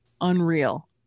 unreal